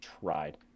tried